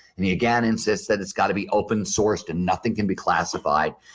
and he again insists that it's got to be open sourced and nothing can be classified.